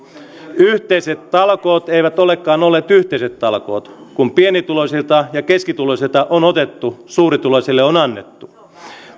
yhteiset talkoot eivät olekaan olleet yhteiset talkoot kun pienituloisilta ja keskituloisilta on otettu suurituloisille on annettu